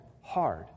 hard